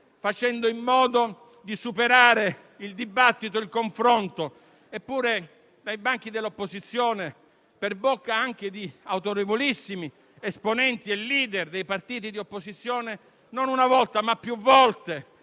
facendo in modo di superare il dibattito e il confronto. Eppure dai banchi dell'opposizione, per bocca anche di autorevolissimi esponenti e *leader* dei partiti di opposizione, non una volta ma più volte